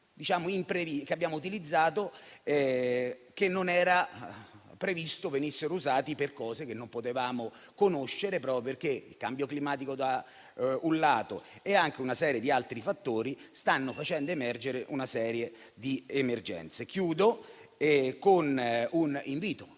che abbiamo utilizzato, ma che non era previsto venissero usati per cose che non potevamo conoscere, proprio perché il cambio climatico da un lato e una serie di altri fattori stanno facendo nascere una serie di emergenze. Chiudo con un invito